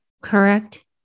Correct